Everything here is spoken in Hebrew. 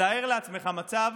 תאר לעצמך מצב